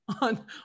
on